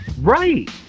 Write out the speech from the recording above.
right